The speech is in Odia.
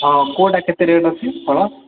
ହଁ କେଉଁଟା କେତେ ରେଟ୍ ଅଛି ଫଳ